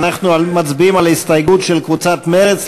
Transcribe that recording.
אנחנו מצביעים על ההסתייגות של קבוצת סיעת מרצ,